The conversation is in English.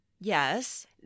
Yes